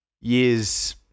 years